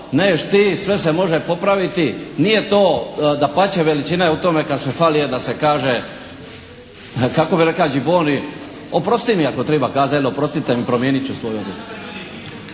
neš' ti, sve se može popraviti, nije to, dapače veličina je u tome kad se fali je da se kažete, kako bi reka Gibonni oprosti mi ako triba kazat, je li oprostite mi, promijenit ću svoju odluku.